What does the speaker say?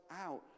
out